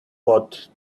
pot